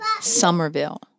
Somerville